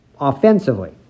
offensively